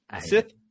Sith